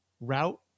route